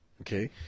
okay